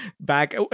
back